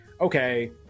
okay